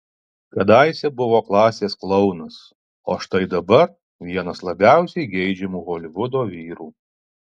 kadaise buvo klasės klounas o štai dabar vienas labiausiai geidžiamų holivudo vyrų